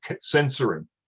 censoring